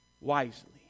wisely